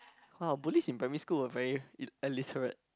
ah bullies in primary school are very ill~ illiteral